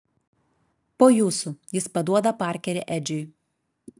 po jūsų jis paduoda parkerį edžiui